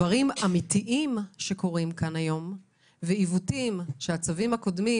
דברים אמיתיים שקורים כאן היום ועיוותים שהצווים הקודמים